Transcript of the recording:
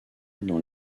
dans